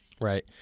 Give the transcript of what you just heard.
Right